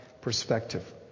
perspective